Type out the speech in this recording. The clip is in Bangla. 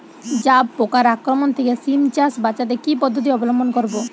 জাব পোকার আক্রমণ থেকে সিম চাষ বাচাতে কি পদ্ধতি অবলম্বন করব?